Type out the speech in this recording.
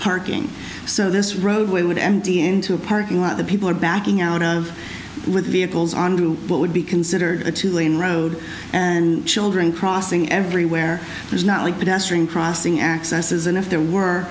parking so this roadway would m d m into a parking lot that people are backing out of with vehicles onto what would be considered a two lane road and children crossing everywhere there's not like pedestrian crossing accesses and if there were